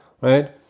right